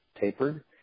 tapered